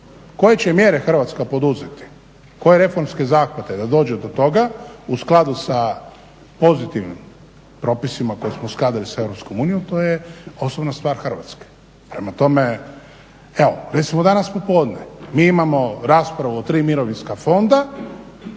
Koje će mjere Hrvatska poduzeti, koje reformske zahvate da dođe do toga u skladu sa pozitivnim propisima koje smo uskladili sa Europskom unijom, to je osnovna stvar Hrvatske. Prema tome, evo, recimo danas popodne mi imamo raspravu o tri mirovinska fonda